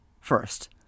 first